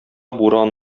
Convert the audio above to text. буран